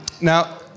Now